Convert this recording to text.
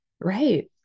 Right